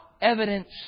evidence